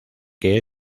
que